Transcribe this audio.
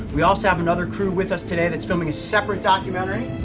we also have another crew with us today, that's filming a separate documentary.